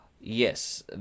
yes